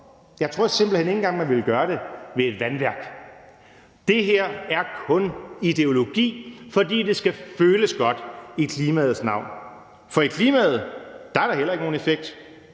jeg tror simpelt hen ikke engang man ville gøre det ved et vandværk. Det her er kun ideologi, for det er noget, der skal føles godt i klimaets navn. For der er heller ikke nogen effekt